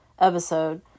episode